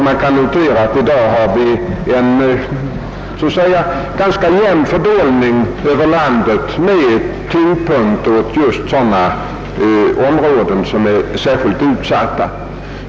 Man kan notera att vi i dag har en ganska jämn fördelning över landet med tyngdpunkten på just sådana områden som är särskilt utsatta.